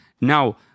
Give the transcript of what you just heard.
Now